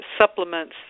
supplements